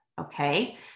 okay